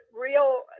real